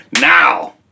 now